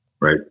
Right